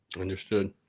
understood